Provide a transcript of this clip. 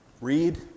read